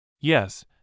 Yes